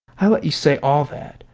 i let you say all that.